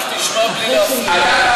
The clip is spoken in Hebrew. רק תשמע בלי להפריע.